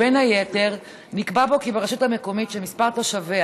ובין היתר נקבע בו כי ברשות מקומית שמספר תושביה